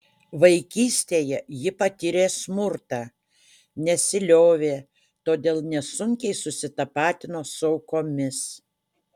vaikystėje ji patyrė smurtą nesiliovė todėl nesunkiai susitapatino su aukomis